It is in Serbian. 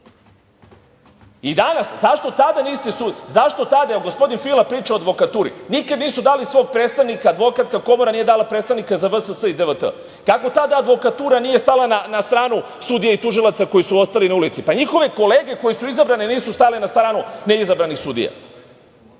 sednici ću vam reći još dva imena. Evo, gospodin Fila priča o advokaturi, nikada nisu dali svog predstavnika, Advokatska komora nije dala predstavnika za VSS i DVT. Kako tada advokatura nije stala na stranu sudija i tužilaca koji su ostali na ulici? Pa, njihove kolege koje su izabrane nisu stale na stranu neizabranih sudija.